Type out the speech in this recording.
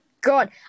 God